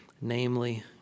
namely